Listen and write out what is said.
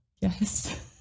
yes